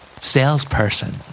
Salesperson